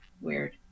weird